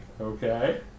Okay